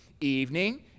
evening